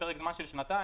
פרק זמן של שנתיים,